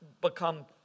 become